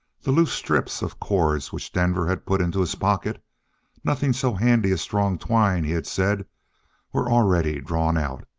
the loose strips of cords which denver had put into his pocket nothing so handy as strong twine, he had said were already drawn out.